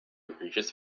reaches